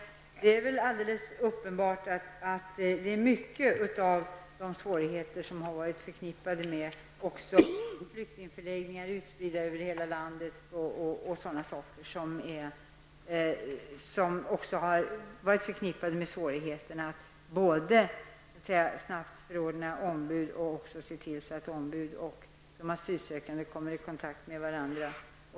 Det är väl alldeles uppenbart att många svårigheter har varit förknippade bl.a. med att flyktingförläggningar är utspridda över hela landet. Det har varit svårt att både snabbt förordna ombud och se till att ombud och asylsökande kommer i kontakt med varandra.